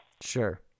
Sure